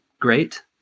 great